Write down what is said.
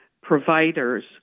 providers